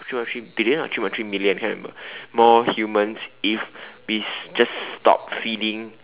three point billion or three point three million can't remember more humans if we just stop feeding